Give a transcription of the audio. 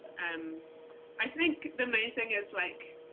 um i think the main thing is like,